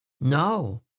No